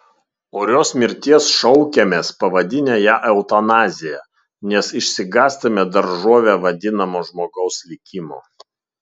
orios mirties šaukiamės pavadinę ją eutanazija nes išsigąstame daržove vadinamo žmogaus likimo